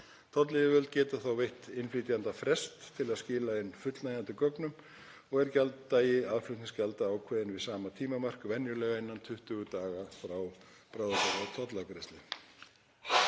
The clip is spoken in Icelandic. Tollyfirvöld geta þá veitt innflytjanda frest til að skila inn fullnægjandi gögnum og er gjalddagi aðflutningsgjalda ákveðinn við sama tímamark, venjulega innan 20 daga frá bráðabirgðatollafgreiðslu.